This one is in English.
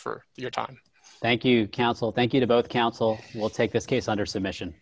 for your time thank you counsel thank you to both counsel will take this case under submission